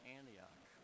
Antioch